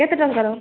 କେତେ ଟଙ୍କାର